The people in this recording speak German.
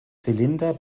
zylinder